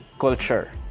culture